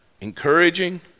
encouraging